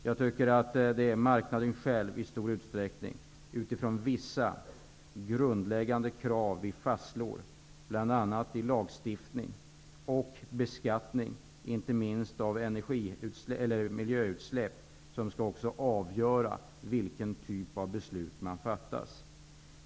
Jag tycker att det är marknaden själv som i stor utsträckning, utifrån vissa grundläggande krav som vi fastslår bl.a. genom lagstiftning och beskattning inte minst beträffande miljöutsläpp, skall avgöra vilken typ av beslut man fattar.